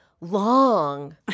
long